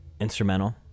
instrumental